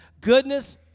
goodness